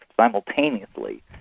simultaneously